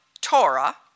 Torah